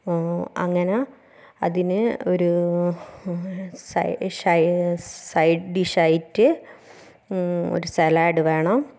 അങ്ങനെ അതിന് ഒരു സൈ ഡിഷ് സൈഡ് ഡിഷ് ആയിട്ട് ഒരു സലാഡ് വേണം